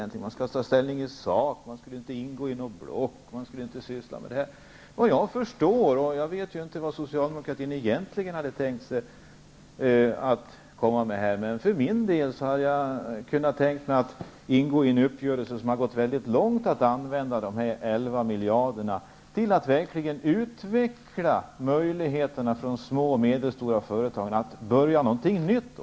Ny demokrati skulle ta ställning i sak och inte ingå i något block. Jag vet inte vad socialdemokratin egentligen har tänkt sig att komma med här, men för min del hade jag kunnat tänka mig en uppgörelse som gått väldigt långt när det gällt att använda de 11 miljarderna till att verkligen utveckla möjligheterna för små och medelstora företag att börja någonting nytt.